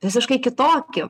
visiškai kitokį